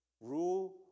rule